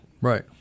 Right